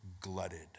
glutted